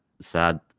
sad